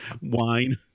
wine